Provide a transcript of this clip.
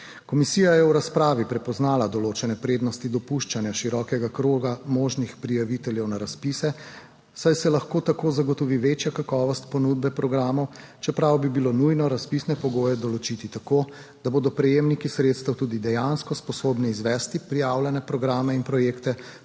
Komisija je v razpravi prepoznala določene prednosti dopuščanja širokega kroga možnih prijaviteljev na razpise, saj se lahko tako zagotovi večja kakovost ponudbe programov, čeprav bi bilo nujno razpisne pogoje določiti tako, da bodo prejemniki sredstev tudi dejansko sposobni izvesti prijavljene programe in projekte,